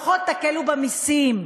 תקלו במסים,